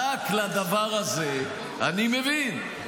רק לדבר הזה, אני מבין.